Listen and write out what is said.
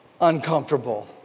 uncomfortable